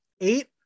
eight